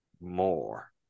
more